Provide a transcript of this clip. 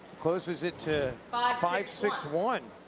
closes it to five five six one.